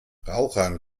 rauchern